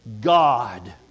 God